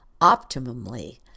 optimally